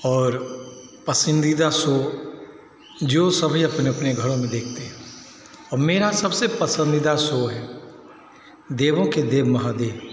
और पसंदीदा शो जो सभी अपने अपने घरों में देखते हैं और मेरा सबसे पसंदीदा शो है देवों के देव महादेव